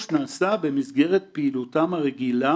גם בבתי ספר צריך לעשות את ההבחנה.